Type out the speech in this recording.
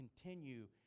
continue